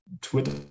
Twitter